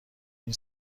این